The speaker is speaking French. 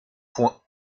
point